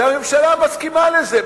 והממשלה מסכימה לזה.